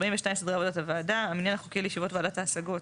סדרי עבודת הוועדה 42. (א)המניין החוקי לישיבות ועדת ההשגות